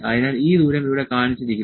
അതിനാൽ ഈ ദൂരം ഇവിടെ കാണിച്ചിരിക്കുന്നു